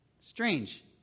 Strange